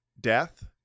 death